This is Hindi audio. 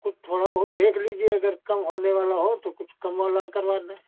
कुछ थोड़ा बहुत देख लीजिए अगर कम होने वाला हो तो कुछ कम वाला करवा दें